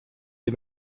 des